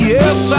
Yes